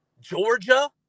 Georgia